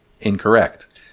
Incorrect